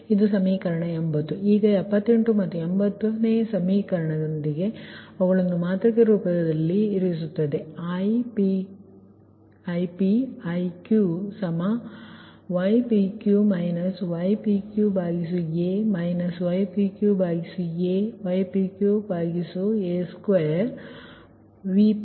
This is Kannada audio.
ಈಗ 78 ಮತ್ತು 80 ಸಮೀಕರಣವು ಅವುಗಳನ್ನು ಮಾತೃಕೆ ರೂಪದಲ್ಲಿ ಇರಿಸುತ್ತದೆ Ip Iq ypq ypqa ypqa ypqa2 Vp Vq ಇದು ಸಮೀಕರಣ 81